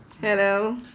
Hello